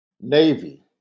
Navy